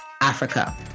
Africa